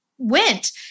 went